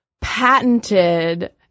patented